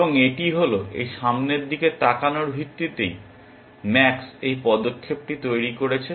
এবং এটি হল এই সামনের দিকের তাকানোর ভিত্তিতেই ম্যাক্স এই পদক্ষেপটি তৈরি করেছে